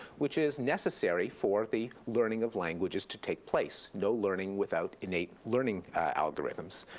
which is necessary for the learning of languages to take place, no learning without innate learning algorithms.